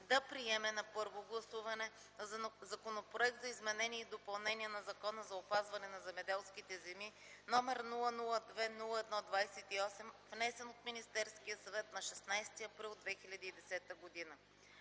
да приеме на първо гласуване Законопроект за изменение и допълнение на Закона за опазване на земеделските земи, № 002-01-28, внесен от Министерския съвет на 16 април 2010 г.